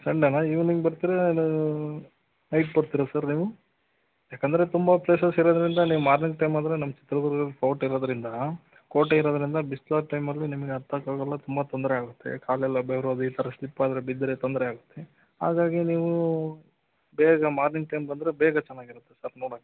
ಸಂಡೆನಾ evening ಬರ್ತೀರಾ ಇಲ್ಲಾ night ಬರ್ತೀರಾ ಸರ್ ನೀವು ಯಾಕೆಂದರೆ ತುಂಬ ಪ್ಲೇಸಸ್ ಇರೋದ್ರಿಂದ ನೀವು ಮಾರ್ನಿಂಗ್ ಟೈಮ್ ಬಂದರೆ ನಮ್ಮ ಚಿತ್ರದುರ್ಗದಲ್ಲಿ ಫೋರ್ಟ್ ಇರೋದ್ರಿಂದ ಕೋಟೆ ಇರೋದ್ರಿಂದ ಬಿಸ್ಲೊತ್ತು ಟೈಮಲ್ಲಿ ನಿಮಗೆ ಹತ್ತಕ್ಕಾಗಲ್ಲ ತುಂಬ ತೊಂದರೆ ಆಗತ್ತೆ ಕಾಲೆಲ್ಲ ಬೆವರೋದು ಈ ಥರ ಸ್ಲಿಪ್ ಆದರೆ ಬಿದ್ದರೆ ತೊಂದರೆ ಆಗತ್ತೆ ಹಾಗಾಗಿ ನೀವು ಬೇಗ ಮಾರ್ನಿಂಗ್ ಟೈಮ್ ಬಂದರೆ ಬೇಗ ಚೆನ್ನಾಗಿರತ್ತೆ ಸರ್ ನೋಡೋಕ್ಕೆ